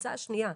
הקבוצה השנייה,